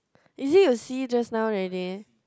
is it you see just now already